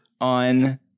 on